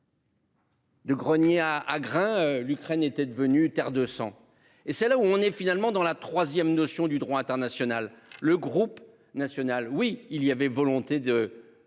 De grenier à à grains. L'Ukraine était devenue terre de sang et c'est là où on est finalement dans la 3ème notion du droit international le groupe national. Oui il y avait volonté de